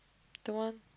the one